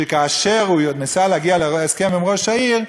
שכאשר הוא ניסה להגיע להסכם עם ראש העיר,